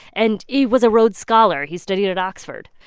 and he was a rhodes scholar. he studied at oxford.